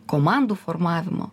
komandų formavimo